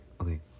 Okay